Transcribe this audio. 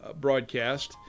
broadcast